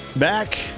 Back